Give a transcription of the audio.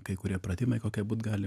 kai kurie pratimai kokie būt gali